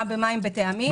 גם במים בטעמים.